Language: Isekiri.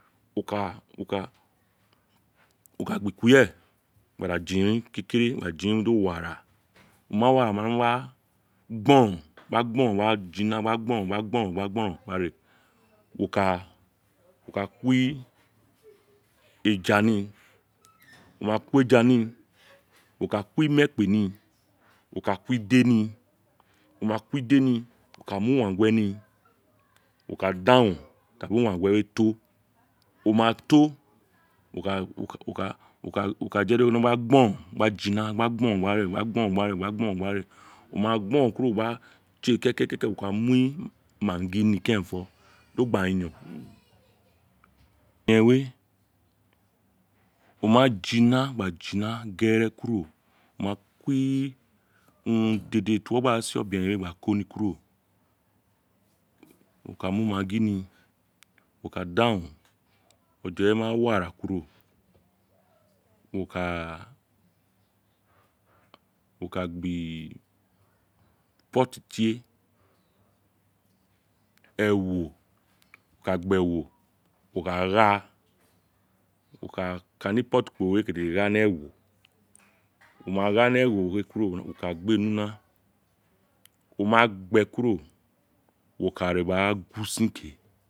Wo ka wo ka wo ka abi ikuyere gba da jirin ke kere gba da jirin di o wi ara o ma wi ara gba gboron gba jina gba gboron gba jina gba gboron gba gboron gba re wo ka ku wi eja ni wo ma ko eja ni wo ka ko imekpe wo ka ko ide ni wo ma ko ide ni wo ka mu uwangue we ka dan ro tabi uwangue we to wo ka wo ka je do o ka gboron gba gboron gba aboron gba re o ma gboron kuro gba ese ke ke ke wo ka mi maggi ni kerenfo oje we ma jina gere kuro wo ma ku wi urun dede ti uwo gba se obeyen dede ghaan kuro wo ka mi maggi hi wo ka dan ro o je we ma wi ara kuro wo ka wo ka gbi potti tie ewo wo ka gba ewo wo ka gba wo ka ka ni potti kele gha ni ewo wo ma gha ni ewo we kuro wo ka gbe ni una o ma gbi ee kuro wo ka re gba gun usin ke